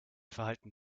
verhalten